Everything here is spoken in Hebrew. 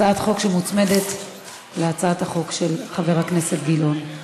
שמוצמדת להצעת החוק של חבר הכנסת גילאון.